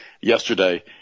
Yesterday